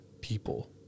people